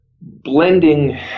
Blending